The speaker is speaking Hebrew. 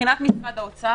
מבחינת משרד האוצר,